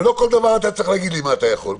ולא כל דבר אתה צריך להגיד מה אתה יכול,